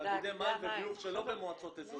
תאגידי מים וביוב שלא במועצות אזוריות